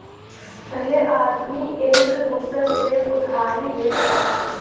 पहिले आदमी एक दूसर से उधारी लेत रहल